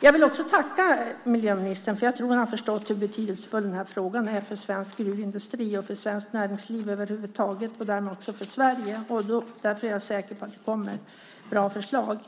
Jag vill också tacka miljöministern, för jag tror att han har förstått hur betydelsefull den här frågan är för svensk gruvindustri och för svenskt näringsliv över huvud taget, och därmed också för Sverige. Därför är jag säker på att det kommer bra förslag.